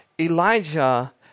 Elijah